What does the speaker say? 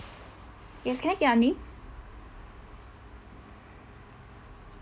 yes can I get your name